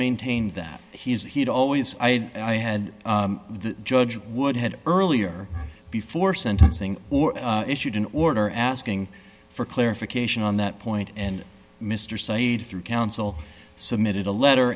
maintained that he had always i had the judge would had earlier before sentencing or issued an order asking for clarification on that point and mr saeed through counsel submitted a letter